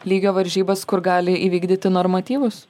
lygio varžybas kur gali įvykdyti normatyvus